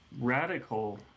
radical